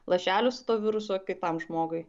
lašelių su tuo virusu kitam žmogui